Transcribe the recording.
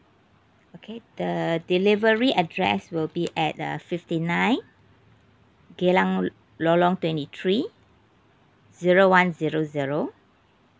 okay the delivery address will be at uh fifty nine geylang lorong twenty three zero one zero zero